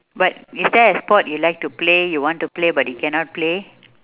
but is there a sport you like to play you want to play but you cannot play